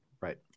Right